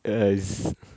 ya is